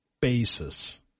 basis